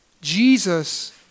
Jesus